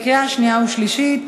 לקריאה שנייה ושלישית.